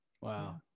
Wow